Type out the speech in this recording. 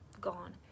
Gone